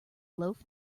loaf